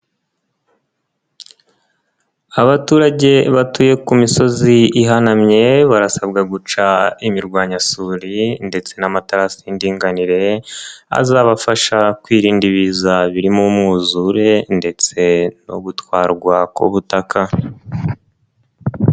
Abaturage batuye ku misozi ihanamye barasabwa guca imirwanyasuri ndetse n'amataradinganire, azabafasha kwirinda ibiza birimo umwuzure ndetse no gutwarwa ku butaka.